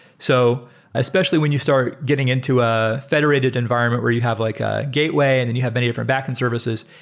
so especially when you start getting into a federated environment where you have like a gateway and then you have many different backend services,